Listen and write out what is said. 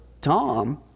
Tom